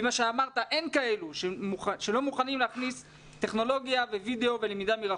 אמרת שאין כאלו שלא מוכנים להכניס טכנולוגיה ווידאו ולמידה מרחוק.